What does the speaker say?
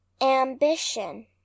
ambition